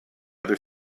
other